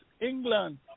England